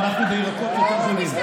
אנחנו בירקות יותר זולים.